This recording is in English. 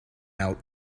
out